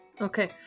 Okay